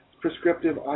prescriptive